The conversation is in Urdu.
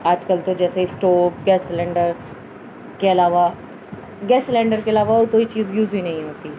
آج کل تو جیسے اسٹو گیس سلینڈر کے علاوہ گیس سلینڈر کے علاوہ اور کوئی چیز یوز ہی نہیں ہوتی